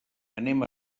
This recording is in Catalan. anem